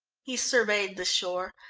he surveyed the shore.